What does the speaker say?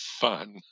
fun